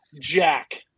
Jack